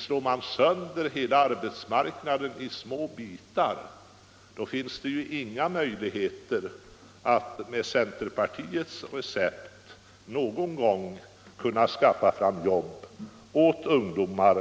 Slår man sönder hela arbetsmarknaden i små bitar, finns det inga möjligheter att med centerpartiets recept kunna skaffa fram jobb åt ungdomar